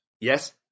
Yes